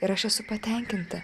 ir aš esu patenkinta